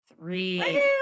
three